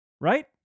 right